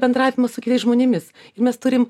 bendravimą su kitais žmonėmis ir mes turim